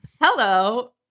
Hello